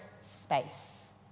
space